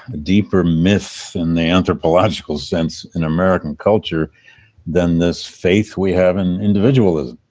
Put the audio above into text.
deeper myths in the anthropological sense in american culture than this faith we have in individualism?